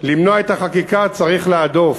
למנוע את החקיקה צריך להדוף.